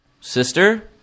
Sister